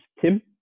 Tim